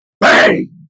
Bang